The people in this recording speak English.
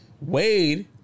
Wade